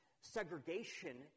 segregation